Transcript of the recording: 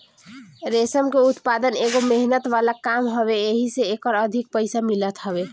रेशम के उत्पदान एगो मेहनत वाला काम हवे एही से एकर अधिक पईसा मिलत हवे